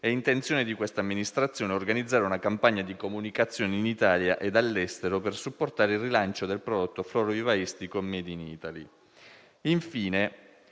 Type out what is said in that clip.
intenzione di questa amministrazione organizzare una campagna di comunicazione in Italia e all'estero per supportare il rilancio del prodotto florovivaistico *made in Italy*. Infine,